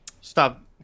Stop